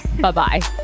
Bye-bye